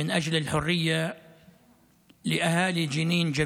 תיאטרון החירות בג'נין,